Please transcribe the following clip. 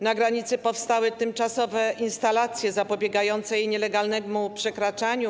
Na granicy powstały tymczasowe instalacje zapobiegające nielegalnemu jej przekraczaniu.